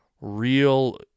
real